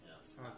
yes